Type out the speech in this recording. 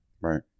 Right